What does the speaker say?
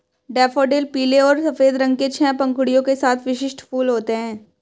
daffodil पीले और सफ़ेद रंग के छह पंखुड़ियों के साथ विशिष्ट फूल होते हैं